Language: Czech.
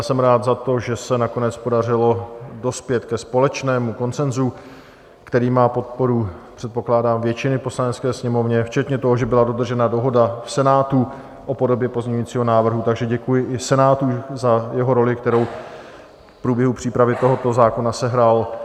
Jsem rád za to, že se nakonec podařilo dospět ke společnému konsenzu, který má podporu, předpokládám, většiny v Poslanecké sněmovně, včetně toho, že byla dodržena dohoda v Senátu o podobě pozměňujícího návrhu, takže děkuji i Senátu za jeho roli, kterou v průběhu přípravy tohoto zákona sehrál.